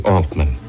Altman